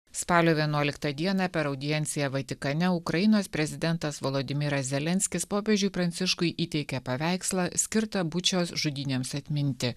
spalio vienuoliktą dieną per audienciją vatikane ukrainos prezidentas volodymyras zelenskis popiežiui pranciškui įteikė paveikslą skirtą bučios žudynėms atminti